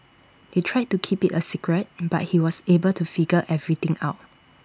they tried to keep IT A secret but he was able to figure everything out